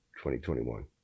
2021